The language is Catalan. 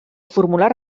formular